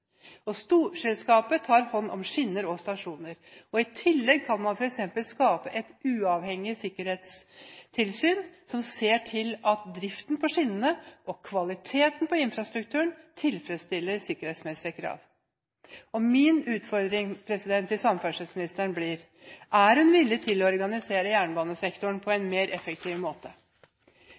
Og storselskapet tar hånd om skinner og stasjoner. I tillegg kan man f.eks. skape et uavhengig sikkerhetstilsyn som ser til at driften på skinnene og kvaliteten på infrastrukturen tilfredsstiller sikkerhetsmessige krav. Min utfordring til samferdselsministeren blir: Er hun villig til å organisere jernbanesektoren på en mer effektiv måte?